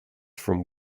from